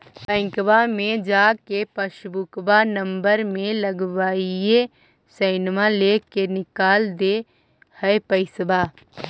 बैंकवा मे जा के पासबुकवा नम्बर मे लगवहिऐ सैनवा लेके निकाल दे है पैसवा?